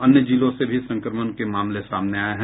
अन्य जिलों से भी संक्रमण के मामले सामने आये हैं